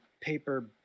paper